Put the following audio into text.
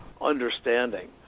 understanding